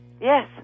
Yes